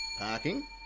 Parking